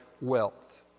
wealth